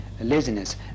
laziness